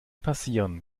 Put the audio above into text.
passieren